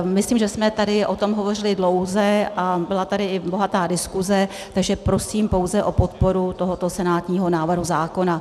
Myslím, že jsme tady o tom hovořili dlouze a byla tady i bohatá diskuze, takže prosím pouze o podporu tohoto senátního návrhu zákona.